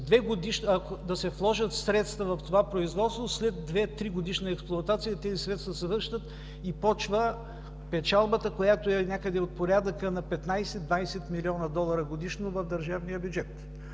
ако се вложат средства в това производство след две-тригодишна експлоатация тези средства се връщат и почва печалбата, която е някъде от порядъка на 15-20 мил. долара годишно в държавния бюджет.